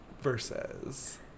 versus